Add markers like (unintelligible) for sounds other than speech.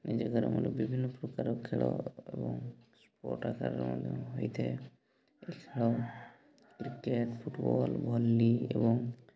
ନିଜ ଘର (unintelligible) ବିଭିନ୍ନ ପ୍ରକାର ଖେଳ ଏବଂ ସ୍ପୋର୍ଟସ୍ ଆକାରରେ ମଧ୍ୟ ହୋଇଥାଏ ଏହି ଖେଳ କ୍ରିକେଟ୍ ଫୁଟବଲ୍ ଭଲି ଏବଂ